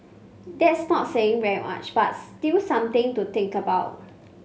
that's not saying very much but still something to think about